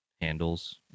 handles